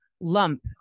lump